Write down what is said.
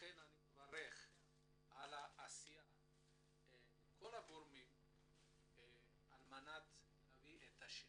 אני מברך את כל הגורמים על העשייה על מנת להביא את השינוי.